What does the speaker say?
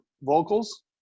vocals